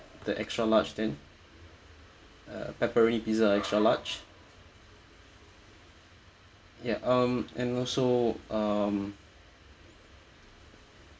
the extra large then uh pepperoni pizza extra large ya um and also um